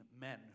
men